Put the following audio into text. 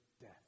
death